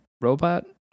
robot